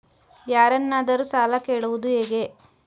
ಯಾರನ್ನಾದರೂ ಸಾಲ ಕೇಳುವುದು ಹೇಗೆ?